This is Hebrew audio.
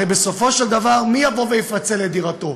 הרי בסופו של דבר, מי יפצל את דירתו,